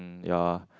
mm ya